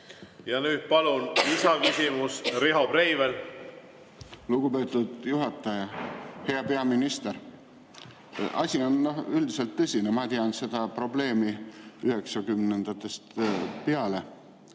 Ja nüüd palun lisaküsimus, Riho Breivel! Lugupeetud juhataja! Hea peaminister! Asi on üldiselt tõsine, ma tean seda probleemi 90‑ndatest